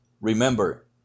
Remember